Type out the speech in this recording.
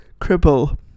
cripple